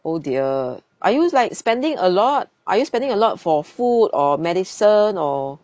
oh dear are you like spending a lot are you spending a lot for food or medicine or